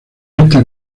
está